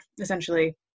essentially